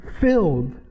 filled